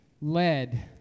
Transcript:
led